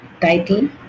Title